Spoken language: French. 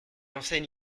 enseigne